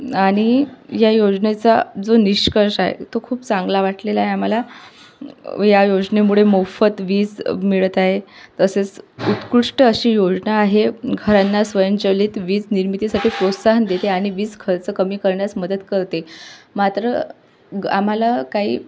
आणि या योजनेचा जो निष्कर्ष आहे तो खूप चांगला वाटलेला आहे आम्हाला या योजनेमुळे मोफत वीज मिळत आहे तसेच उत्कृष्ट अशी योजना आहे घरांना स्वयंचलित वीज निर्मितीसाठी प्रोत्साहन देते आणि वीज खर्च कमी करण्यास मदत करते मात्र आम्हाला काही